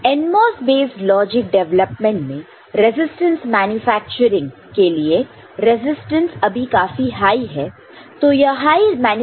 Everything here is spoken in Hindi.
NMOS बेस्ड लॉजिक डेवलपमेंट में रेजिस्टेंस मैन्युफैक्चरिंग के लिए क्योंकि रेजिस्टेंस अभी काफी हाई है